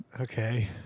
okay